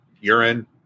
urine